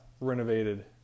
renovated